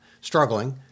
struggling